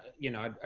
you know,